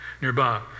nearby